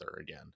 again